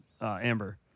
Amber